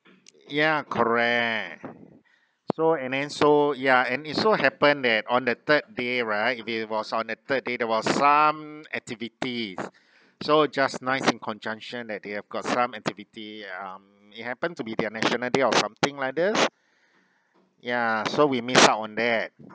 ya correct so and then so yeah and it's so happen that on the third day right there was on the third day there was some activities so just nice in conjunction that they have got some activity um it happen to be their national day or something like this ya so we miss out on that